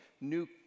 new